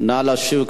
נא להשיב,